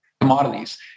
commodities